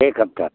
एक हफ्ता